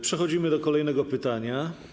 Przechodzimy do kolejnego pytania.